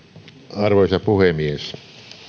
arvoisa puhemies